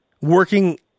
working